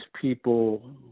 people